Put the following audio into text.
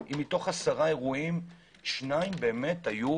אם מתוך עשרה שמונים שניים היו